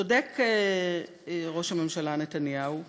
צודק ראש הממשלה נתניהו,